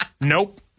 Nope